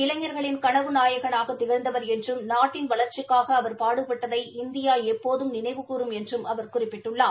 இளைஞர்களின் கனவு நாயகனாக திகழ்ந்தவர் என்றும் நாட்டின் வளர்ச்சிக்காக அவர் பாடுடட்டதை இந்தியா எப்போதும் நினைவுகூறும் என்றம் அவர் குறிப்பிட்டுள்ளார்